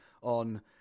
on